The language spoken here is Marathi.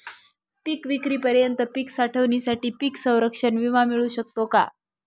पिकविक्रीपर्यंत पीक साठवणीसाठी पीक संरक्षण विमा मिळू शकतो का?